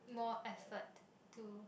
more effort to